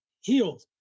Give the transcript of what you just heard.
healed